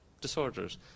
disorders